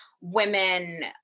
women